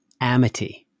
amity